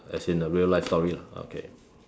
as in the real life story lah okay